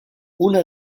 una